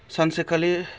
सानसेखालि